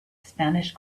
spanish